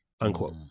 unquote